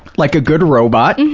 like a good robot.